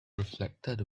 reflected